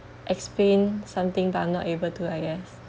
explain something but I'm not able to I guess